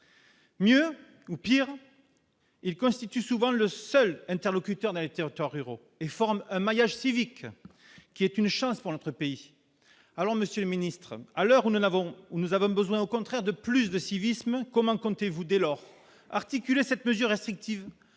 mieux ou pire ils constitue souvent le seul interlocuteur n'a été autant ruraux et forment un maillage civique qui est une chance pour notre pays, alors Monsieur le ministre, à l'heure où nous n'avons ou nous avons besoin au contraire de plus de civisme, comment comptez-vous dès lors articuler cette mesure restrictive,